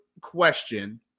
question